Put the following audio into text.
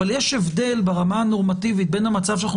אבל יש הבדל ברמה הנורמטיבית בין המצב שאנחנו